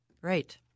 right